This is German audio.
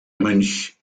mönch